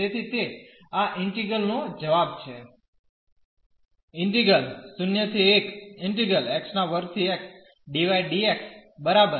તેથી તે આ ઈન્ટિગ્રલ નો જવાબ છે